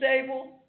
stable